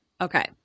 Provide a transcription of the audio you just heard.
Okay